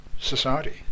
society